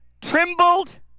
trembled